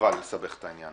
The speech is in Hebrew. חבל לסבך את העניין.